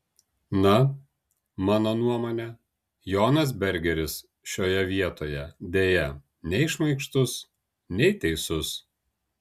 na mano nuomone jonas bergeris šioje vietoje deja nei šmaikštus nei teisus